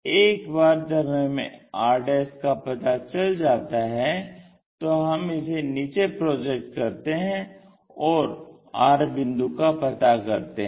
एक बार जब हमें r का पता चल जाता है तो हम इसे नीचे प्रोजेक्ट करते हैं ओर r बिंदु का पता करते हैं